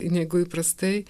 negu įprastai